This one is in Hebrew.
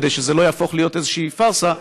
כדי שזה לא יהפוך להיות איזושהי פארסה,